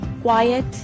quiet